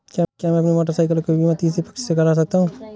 क्या मैं अपनी मोटरसाइकिल का बीमा तीसरे पक्ष से करा सकता हूँ?